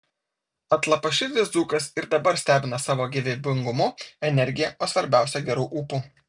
atlapaširdis dzūkas ir dabar stebina savo gyvybingumu energija o svarbiausia geru ūpu